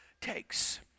takes